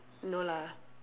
no lah